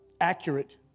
accurate